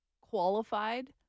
qualified